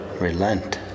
relent